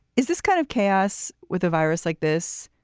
is this kind of chaos with a virus like this?